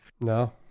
No